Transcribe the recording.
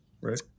right